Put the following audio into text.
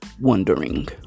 wondering